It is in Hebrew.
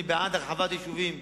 אני בעד הרחבת יישובים.